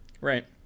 Right